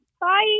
Bye